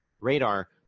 radar